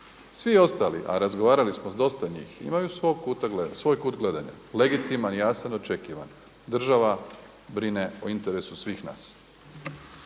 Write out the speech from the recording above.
svi ostali, a razgovarali smo s dosta njih, imaju svoj kut gledanja, legitiman, jasan, očekivan. Država brine o interesu svih nas.